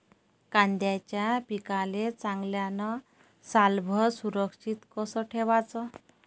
कांद्याच्या पिकाले चांगल्यानं सालभर सुरक्षित कस ठेवाचं?